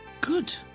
Good